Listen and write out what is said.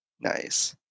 Nice